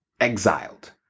exiled